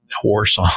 horse